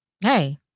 hey